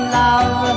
love